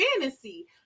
fantasy